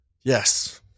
Yes